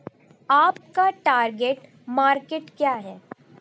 आपका target market क्या है?